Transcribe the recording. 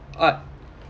art